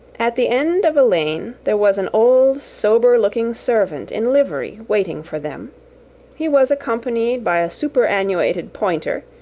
at the end of a lane there was an old sober-looking servant in livery waiting for them he was accompanied by a superannuated pointer,